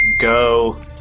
Go